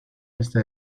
este